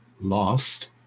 lost